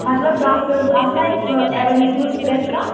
مطلب ڈاکٹٲرٕس آسنہ اَتہِ ایویلیبٕل پرٛٮ۪تھ کانٛہہ